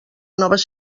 noves